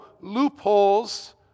loopholes